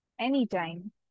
anytime